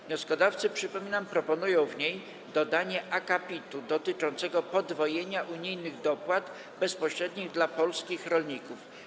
Wnioskodawcy, przypominam, proponują w niej dodanie akapitu dotyczącego podwojenia unijnych dopłat bezpośrednich dla polskich rolników.